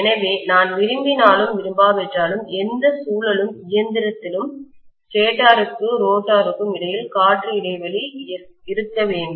எனவே நான் விரும்பினாலும் விரும்பாவிட்டாலும் எந்த சுழலும் இயந்திரத்திலும் ஸ்டேட்டருக்கும் ரோட்டருக்கும் இடையில் காற்று இடைவெளி இருக்க வேண்டும்